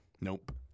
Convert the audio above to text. Nope